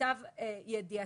למיטב ידיעתי,